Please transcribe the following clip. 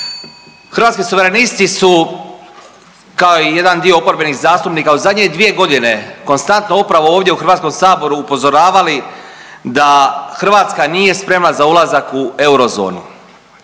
Hrvatski suverenisti su kao i jedan dio oporbenih zastupnika u zadnje 2 godine konstantno upravo ovdje u Hrvatskom saboru upozoravali da Hrvatska nije spremna za ulazak u eurozonu.